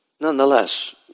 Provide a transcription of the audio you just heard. Nonetheless